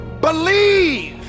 Believe